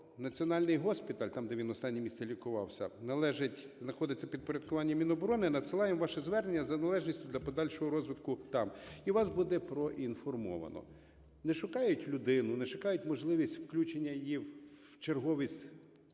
національний госпіталь, там, де він останні місяці лікувався, належить, знаходиться в підпорядкуванні Міноборони, "надсилаємо ваше звернення за належністю для подальшого розвитку там, і вас буде проінформовано". Не шукають людину, не шукають можливість включення її в черговість